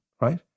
right